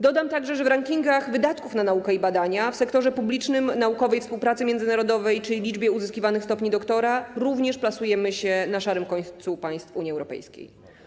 Dodam, że w rankingach dotyczących wydatków na naukę i badania w sektorze publicznym, naukowej współpracy międzynarodowej czy liczby uzyskiwanych stopni doktora również plasujemy się na szarym końcu wśród państw Unii Europejskiej.